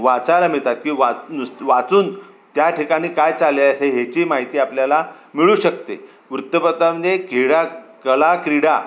वाचायला मिळतात की वा नुस वाचून त्या ठिकाणी काय चालेल असेल ह्याची माहिती आपल्याला मिळू शकते वृत्तपत्रामध्ये क्रीडा कला क्रीडा